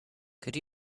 could